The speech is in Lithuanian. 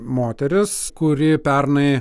moteris kuri pernai